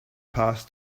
path